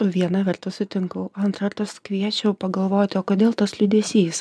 viena vertus sutinku antra vertus kviesčiau pagalvoti o kodėl tas liūdesys